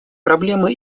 проблемы